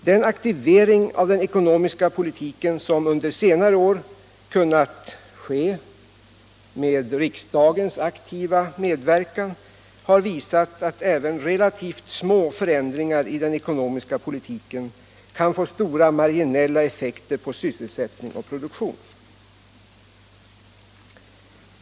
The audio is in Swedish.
Den aktivering av den ekonomiska politiken som under senare år kunnat ske med riksdagens aktiva medverkan har visat att även relativt små förändringar i den ekonomiska politiken kan få stora marginella effekter på sysselsättning och produktion.